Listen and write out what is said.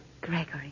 Gregory